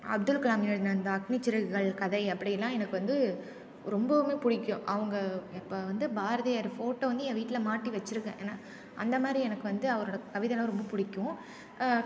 அப்துல்கலாம் எழுதுன அந்த அக்னிசிறகுகள் கதை அப்படின்னா எனக்கு வந்து ரொம்பவுமே பிடிக்கும் அவங்க இப்போ வந்து பாரதியார் ஃபோட்டோ வந்து என் வீட்டில மாட்டி வச்சிருக்கேன் ஏன்னா அந்த மாதிரி எனக்கு வந்து அவரோட கவிதைன்னா ரொம்ப பிடிக்கும்